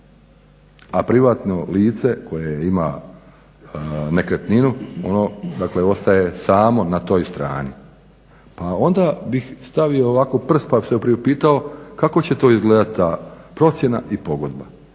A privatno lice koje ima nekretninu ono dakle ostaje samo na toj strani. Pa onda bih stavio ovako prst pa bih se priupitao kako će to izgledati ta procjena i pogodba.